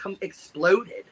exploded